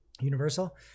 universal